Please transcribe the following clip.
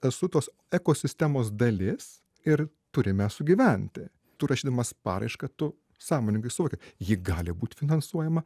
esu tos ekosistemos dalis ir turime sugyventi tu rašydamas paraišką tu sąmoningai suvoki ji gali būt finansuojama